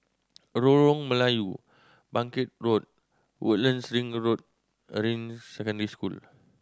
Lorong Melayu Bangkit Road Woodlands Ring Road Ring Secondary School